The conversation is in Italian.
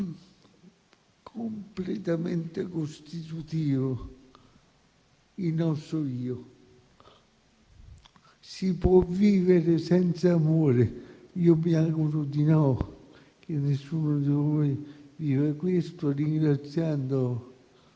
completamente costitutiva del nostro io. Si può vivere senza amore, anche se mi auguro che nessuno di noi viva questo. Ringraziando